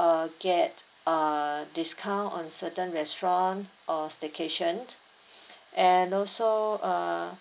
uh get uh discount on certain restaurant or staycation and also uh